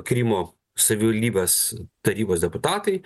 krymo savivaldybės tarybos deputatai